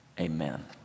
amen